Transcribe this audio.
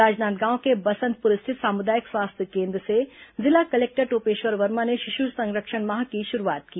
राजनांदगांव के बसंतपुर स्थित सामुदायिक स्वास्थ्य केन्द्र से जिला कलेक्टर टोपेश्वर वर्मा ने शिशु संरक्षण माह की शुरूआत की